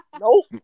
Nope